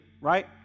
right